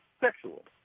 sexual